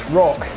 rock